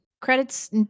Credits